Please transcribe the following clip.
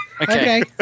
Okay